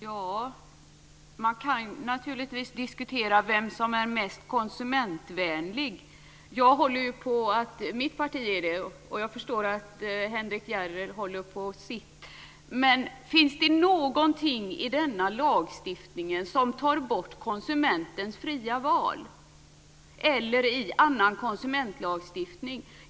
Fru talman! Man kan naturligtvis diskutera vem som är mest konsumentvänlig. Jag håller ju på att mitt parti är det, och jag förstår att Henrik Järrel håller på sitt. Men finns det någonting i denna lagstiftning eller i annan konsumentlagstiftning som tar bort konsumentens fria val?